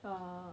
err